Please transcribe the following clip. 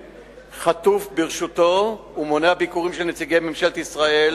חטוף ברשותו ומונע ביקורים של נציגי ממשלת ישראל